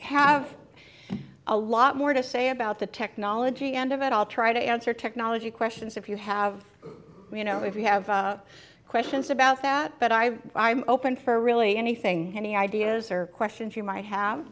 have a lot more to say about the technology end of it i'll try to answer technology questions if you have you know if you have questions about that but i'm open for really anything any ideas or questions you might have